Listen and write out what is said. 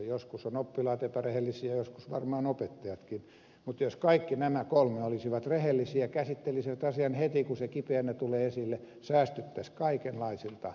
joskus ovat oppilaat epärehellisiä joskus varmaan opettajatkin mutta jos kaikki nämä kolme olisivat rehellisiä käsittelisivät asian heti kun se kipeänä tulee esille säästyttäisiin kaikenlaisilta voimakkailta jälkiseurauksilta